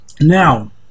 Now